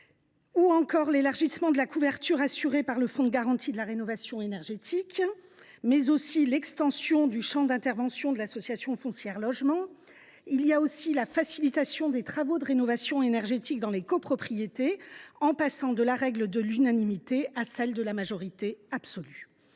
sommeil, à l’élargissement de la couverture assurée par le fonds de garantie pour la rénovation énergétique, à l’extension du champ d’intervention de l’association Foncière Logement ou encore à la facilitation des travaux de rénovation énergétique dans les copropriétés, grâce au passage de la règle de l’unanimité à celle de la majorité absolue.